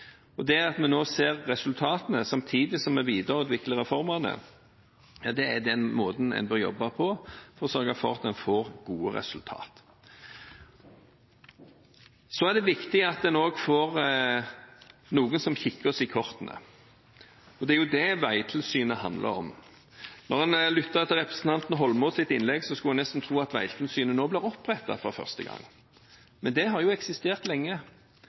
Det at vi nå ser resultatene samtidig som vi videreutvikler reformene, er den måten en bør jobbe på for å sørge for at en får gode resultat. Det er viktig at vi også får noen som kikker oss i kortene. Det er det Vegtilsynet handler om. Når man lytter til representanten Holmås’ innlegg, skulle man nesten tro at Vegtilsynet nå blir opprettet for første gang, men det har jo eksistert lenge.